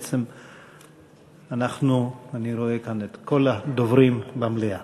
בעצם אני רואה כאן את כל הדוברים במליאה.